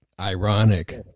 ironic